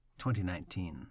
2019